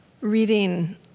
reading